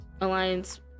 Alliance